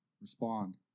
respond